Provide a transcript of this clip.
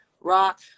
rock